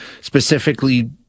specifically